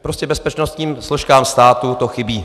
Prostě bezpečnostním složkám státu to chybí.